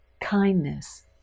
kindness